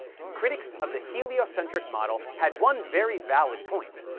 critics of the heliocentric model had one very valid point.